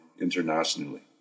internationally